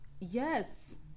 yes